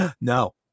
no